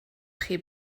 chi